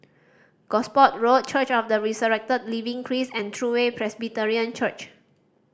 Gosport Road Church of the Resurrected Living Christ and True Way Presbyterian Church